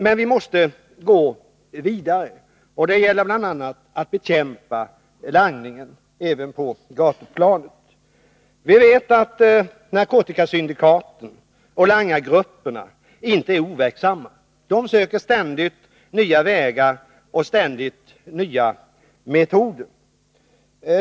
Men vi måste gå vidare. Det gäller då bl.a. att bekämpa langningen, även den langning som sker på gatorna. Vi vet att narkotikasyndikaten och langargrupperna inte är overksammma. De söker ständigt nya vägar och nya metoder.